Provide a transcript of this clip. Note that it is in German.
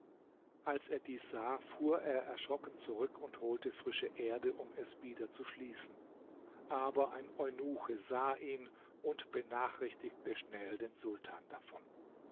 als er dies sah fuhr er erschrocken zurück und holte frische erde um es wieder zu schließen aber ein eunuche sah ihn und benachrichtigte schnell den sultan davon